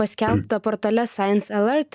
paskelbta portale sakanc alert